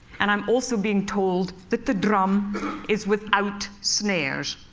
and i'm also being told that the drum is without snares.